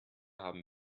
haben